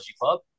Club